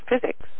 physics